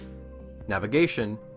navigation,